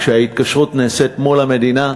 כשההתקשרות נעשית מול המדינה,